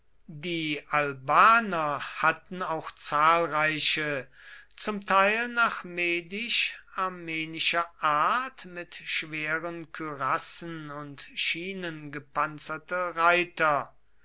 die albaner hatten auch zahlreiche zum teil nach medisch armenischer art mit schweren kürassen und schienen gepanzerte reiter